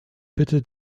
bitte